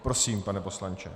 Prosím, pane poslanče.